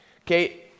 Okay